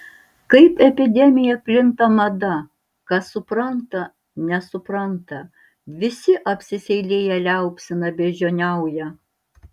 kaip epidemija plinta mada kas supranta nesupranta visi apsiseilėję liaupsina beždžioniauja